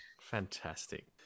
Fantastic